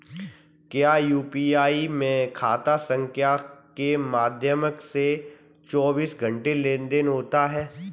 क्या यू.पी.आई में खाता संख्या के माध्यम से चौबीस घंटे लेनदन होता है?